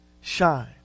shine